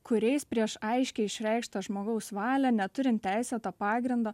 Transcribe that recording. kuriais prieš aiškiai išreikštą žmogaus valią neturint teisėto pagrindo